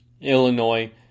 Illinois